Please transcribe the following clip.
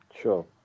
Sure